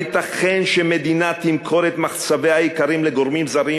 הייתכן שמדינה תמכור את מחצביה העיקריים לגורמים זרים?